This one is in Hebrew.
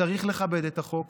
צריך לכבד את החוק.